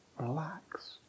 Relax